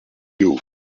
you